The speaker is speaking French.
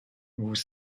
vous